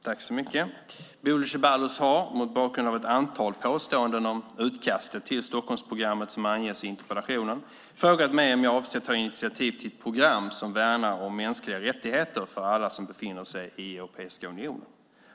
Herr talman! Bodil Ceballos har, mot bakgrund av ett antal påståenden om utkastet till Stockholmsprogrammet som anges i interpellationen, frågat mig om jag avser att ta initiativ till ett program som värnar om mänskliga rättigheter för alla som befinner sig i Europeiska unionen.